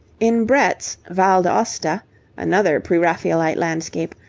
in brett's val d'aosta another pre-raphaelite landscape,